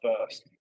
first